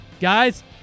guys